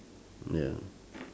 ya